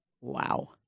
Wow